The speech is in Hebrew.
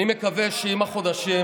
אני מקווה שעם החודשים,